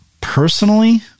personally